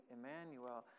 Emmanuel